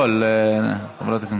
לפרוטוקול, חברת הכנסת.